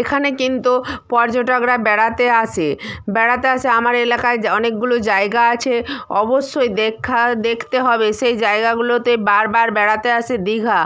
এখানে কিন্তু পর্যটকরা বেড়াতে আসে বেড়াতে আসে আমার এলাকায় অনেকগুলো জায়গা আছে অবশ্যই দেখা দেখতে হবে সেই জায়গাগুলোতে বারবার বেড়াতে আসে দীঘা